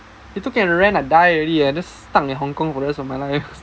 he took it and ran I die already leh just stuck in Hong-Kong for the rest of my life